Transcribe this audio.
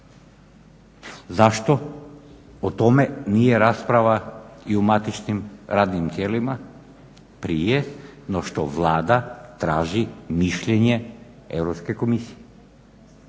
Zašto o tome nije rasprava i u matičnim radnim tijelima prije no što Vlada traži mišljenje